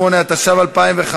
28), התשע"ו 2015,